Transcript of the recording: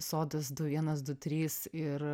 sodas du vienas du trys ir